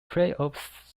playoffs